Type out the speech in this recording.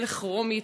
מלך רומי,